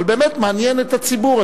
אבל באמת מעניין את הציבור,